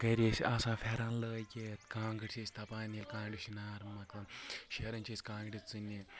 گرِ ٲسۍ آسان پھیرن لٲگِتھ کانٛگٕر چھِ أسۍ تپان ییٚلہِ کانٛگرِ چھُ نار مۄکلان شیران چھِ أسۍ کانٛگرِ ژِنہِ